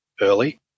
early